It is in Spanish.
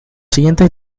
siguientes